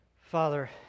Father